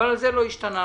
אבל זה לא השתנה.